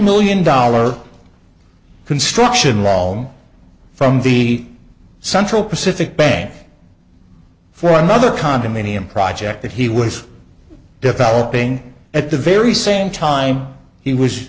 million dollar construction wall from the central pacific bank for another condominium project that he was developing at the very same time he was